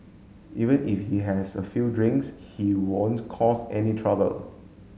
even if he has a few drinks he won't cause any trouble